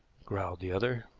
growled the other.